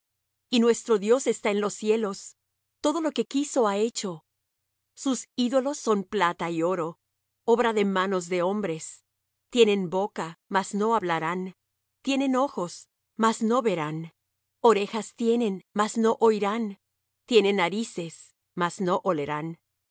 y nuestro dios está en los cielos todo lo que quiso ha hecho sus ídolos son plata y oro obra de manos de hombres tienen boca mas no hablarán tienen ojos mas no verán orejas tienen mas no oirán tienen narices mas no olerán manos